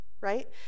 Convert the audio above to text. right